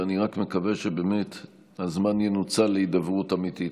ואני רק מקווה שבאמת הזמן ינוצל להידברות אמיתית.